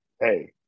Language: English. Hey